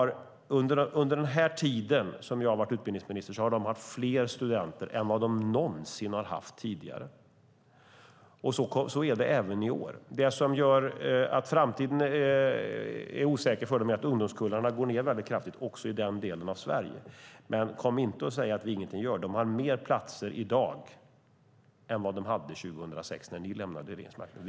Under den tid jag har varit utbildningsminister har man haft fler studenter än någonsin tidigare, och så är det även i år. Det som gör framtiden osäker är att ungdomskullarna går ned väldigt kraftigt också i denna del av Sverige, men kom inte och säg att vi ingenting gör. Man har mer platser än man hade 2006, när ni lämnade regeringsmakten.